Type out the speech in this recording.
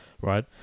right